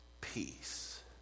peace